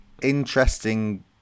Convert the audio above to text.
interesting